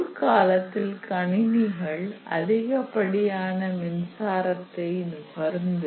முற்காலத்தில் கணினிகள் அதிகப்படியான மின்சக்தியை நுகர்ந்து